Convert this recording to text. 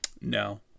No